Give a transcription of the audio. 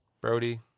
Brody